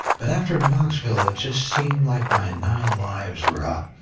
but after knoxville it just seemed like my and nine lives were up.